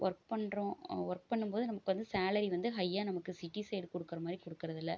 work பண்ணுறோம் work பண்ணும் போது நமக்கு வந்து சேலரி வந்து ஹையா நமக்கு சிட்டி சைடு கொடுக்கற மாதிரி கொடுக்கறதில்ல